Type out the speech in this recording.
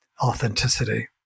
authenticity